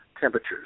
temperatures